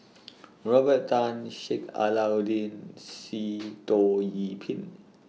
Robert Tan Sheik Alauddin and Sitoh Yih Pin